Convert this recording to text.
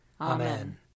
Amen